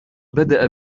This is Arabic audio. بدأ